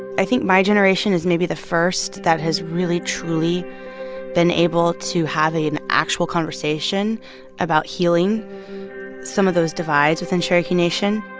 i think my generation is maybe the first that has really, truly been able to have an actual conversation about healing some of those divides within cherokee nation